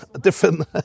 Different